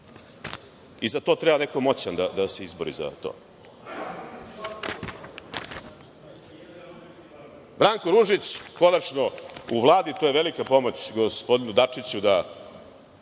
vlasti. Treba neko moćan da se izbori za to. Branko Ružić je konačno u vladi. To je velika pomoć gospodinu Dačiću da…